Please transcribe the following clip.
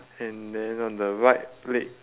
and then on the right leg